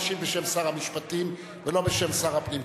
משיב בשם שר המשפטים ולא בשם שר הפנים,